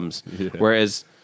Whereas